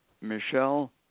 Michelle